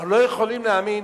אנחנו לא יכולים להאמין